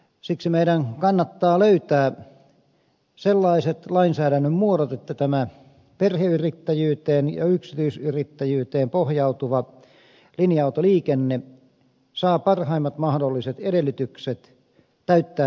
siksi meidän kannattaa löytää sellaiset lainsäädännön muodot että tämä perheyrittäjyyteen ja yksityisyrittäjyyteen pohjautuva linja autoliikenne saa parhaimmat mahdolliset edellytykset täyttää tehtävänsä